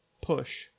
Push